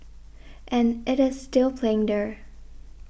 and it is still playing there